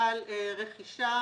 כלל רכישה,